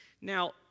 Now